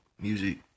music